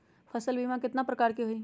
फसल बीमा कतना प्रकार के हई?